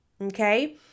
Okay